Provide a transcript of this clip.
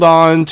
on